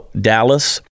Dallas